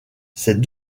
ces